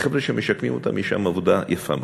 החבר'ה שמשקמים אותם, יש שם עבודה יפה מאוד.